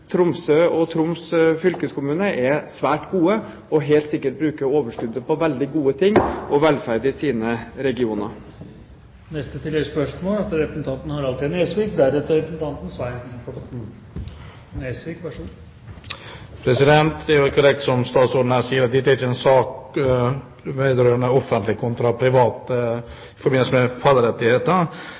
helt sikkert bruker overskuddet på veldig gode ting og velferd i sine regioner. Harald T. Nesvik – til oppfølgingsspørsmål. Det er jo korrekt som statsråden her sier, at dette ikke er en sak vedrørende offentlige kontra private i forbindelse med fallrettigheter,